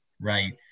right